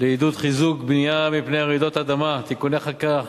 לעידוד חיזוק בנייה מפני רעידות אדמה (תיקוני חקיקה),